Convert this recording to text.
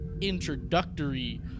introductory